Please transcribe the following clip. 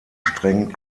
streng